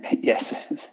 Yes